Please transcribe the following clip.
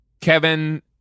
Kevin